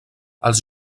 els